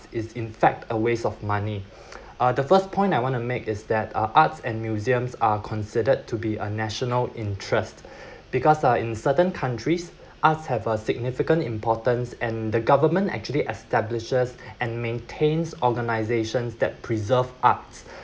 is in fact a waste of money uh the first point I want to make is that uh arts and museums are considered to be a national interest because uh in certain countries arts have a significant importance and the government actually establishes and maintains organizations that preserve art